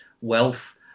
wealth